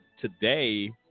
today